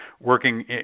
working